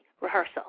rehearsal